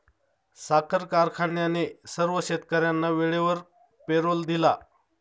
साखर कारखान्याने सर्व शेतकर्यांना वेळेवर पेरोल दिला